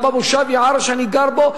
גם במושב יערה שאני גר בו,